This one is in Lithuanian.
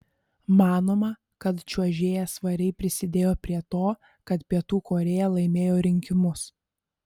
manoma kad čiuožėja svariai prisidėjo prie to kad pietų korėja laimėjo rinkimus